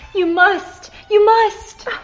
you must. you must!